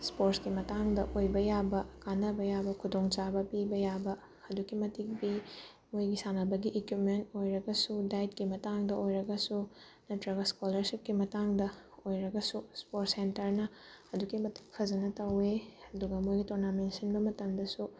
ꯏꯁꯄꯣꯔꯠꯀꯤ ꯃꯇꯥꯡꯗ ꯑꯣꯏꯕ ꯌꯥꯕ ꯀꯥꯟꯅꯕ ꯌꯥꯕ ꯈꯨꯗꯣꯡꯆꯥꯕ ꯄꯤꯕ ꯌꯥꯕ ꯑꯗꯨꯛꯀꯤ ꯃꯇꯤꯛ ꯄꯤ ꯃꯣꯏꯒꯤ ꯁꯥꯟꯅꯕꯒꯤ ꯏꯀ꯭ꯋꯤꯞꯃꯦꯟ ꯑꯣꯏꯔꯒꯁꯨ ꯗꯥꯏꯠꯀꯤ ꯃꯇꯥꯡꯗ ꯑꯣꯏꯔꯒꯁꯨ ꯅꯠꯇ꯭ꯔꯒ ꯏꯁꯀꯣꯂꯔꯁꯤꯞꯀꯤ ꯃꯇꯥꯡꯗ ꯑꯣꯏꯔꯒꯁꯨ ꯏꯁꯄꯣꯔꯠ ꯁꯦꯟꯇꯔꯅ ꯑꯗꯨꯛꯀꯤ ꯃꯇꯤꯛ ꯐꯖꯅ ꯇꯧꯋꯤ ꯑꯗꯨꯒ ꯃꯣꯏꯒꯤ ꯇꯣꯔꯅꯥꯃꯦꯟ ꯁꯤꯟꯕ ꯃꯇꯝꯗꯁꯨ